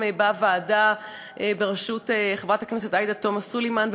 בוועדה בראשות חברת הכנסת עאידה תומא סלימאן,